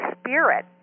Spirit